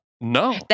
No